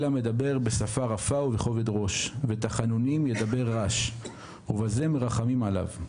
אלא מדבר בשפה רפה ובכובד ראש, ובזה מרחמים עליו.